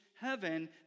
heaven